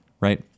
Right